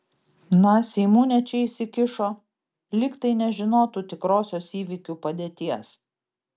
na seimūnė čia įsikišo lyg tai nežinotų tikrosios įvykių padėties